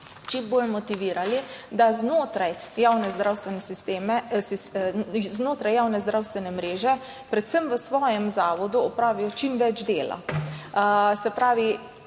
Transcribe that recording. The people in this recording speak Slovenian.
čim bolj motivirali, da znotraj javne zdravstvene mreže, predvsem v svojem zavodu, opravijo čim več dela. Se pravi,